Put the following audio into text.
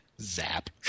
Zap